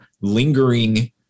lingering